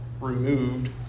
removed